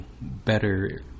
better